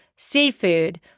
Seafood